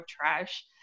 trash